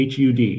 hud